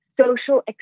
social